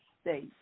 state